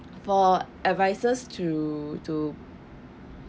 for advisers to to